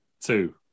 two